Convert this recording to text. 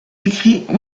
écrits